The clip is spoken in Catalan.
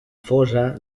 fosa